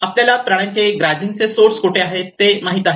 आपल्याला प्राण्यांचे ग्राझिंगचे सोर्स कोठे आहेत ते माहित आहेत